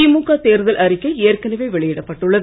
திமுக தேர்தல் அறிக்கை ஏற்கனவே வெளியிடப்பட்டுள்ளது